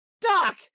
Doc